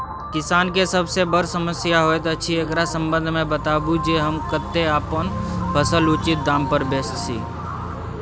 किसान के सबसे बर समस्या होयत अछि, एकरा संबंध मे बताबू जे हम कत्ते अपन फसल उचित दाम पर बेच सी?